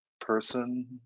person